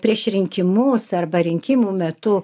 prieš rinkimus arba rinkimų metu